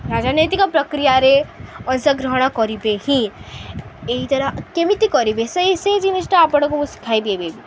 ରାଜନୈତିକ ପ୍ରକ୍ରିୟାରେ ଅଂଶଗ୍ରହଣ କରିବେ ହିଁ ଏଇ ଦାରା କେମିତି କରିବେ ସେଇ ସେଇ ଜିନିଷଟା ଆପଣଙ୍କୁ ମୁଁ ଶିଖାଇଦେବି